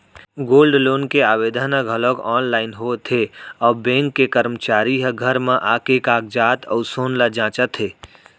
gold loan के आवेदन ह घलौक आनलाइन होत हे अउ बेंक के करमचारी ह घर म आके कागजात अउ सोन ल जांचत हे